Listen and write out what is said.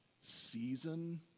season